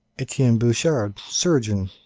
etienne bouchard, surgeon